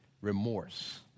remorse